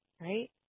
right